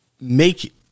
make